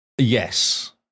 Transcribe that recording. Yes